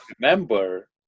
Remember